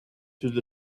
through